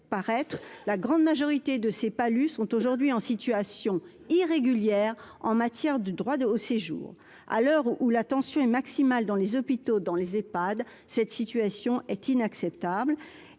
la grande majorité de ces palu sont aujourd'hui en situation irrégulière en matière de droits de au séjour à l'heure où la tension est maximale dans les hôpitaux, dans les EPHAD cette situation est inacceptable